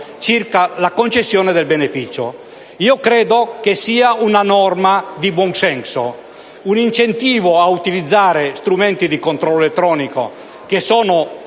circa la concessione del beneficio. Credo sia una norma di buonsenso, un incentivo ad utilizzare strumenti di controllo elettronico, che sono